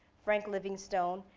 frank livingstone,